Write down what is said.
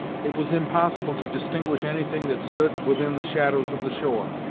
it was impossible to distinguish anything that stood within the shadows of the shore,